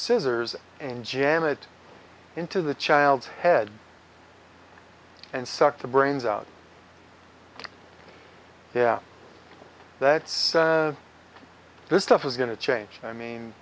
scissors and jam it into the child's head and suck the brains out yeah that's this stuff is going to change i mean